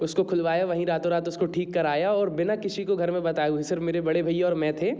उसको खुलवाया वहीं रातों रात उसको ठीक कराया और बिना किसी को घर में बताए हुए सिर्फ़ मेरे बड़े भैया और मैं थे